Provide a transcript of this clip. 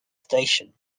station